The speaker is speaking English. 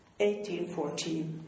1814